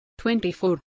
24